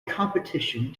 competition